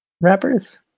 rappers